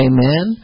Amen